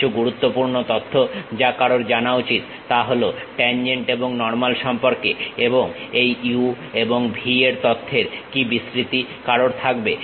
কিছু গুরুত্বপূর্ণ তথ্য যা কারোর জানা উচিত তা হলো ট্যানজেন্ট এবং নর্মাল সম্পর্কে এবং এই u এবং v এর তথ্যের কি বিস্তৃতি কারোর থাকবে